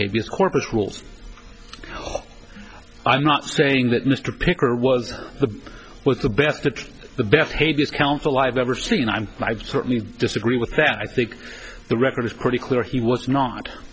hideous corpus rules i'm not saying that mr picker was the with the best of the best hades council i've ever seen i'm certainly disagree with that i think the record is pretty clear he was not